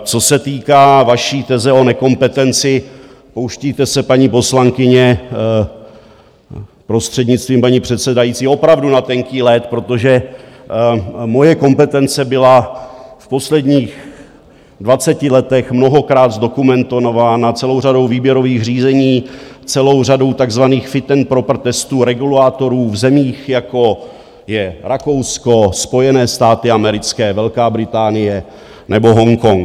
Co se týká vaší teze o nekompetenci, pouštíte se, paní poslankyně, prostřednictvím paní předsedající, opravdu na tenký led, protože moje kompetence byla v posledních dvaceti letech mnohokrát zdokumentována celou řadou výběrových řízení, celou řadou takzvaných fit and proper testů, regulátorů, v zemích, jako je Rakousko, Spojené státy americké, Velká Británie nebo Hongkong.